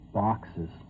boxes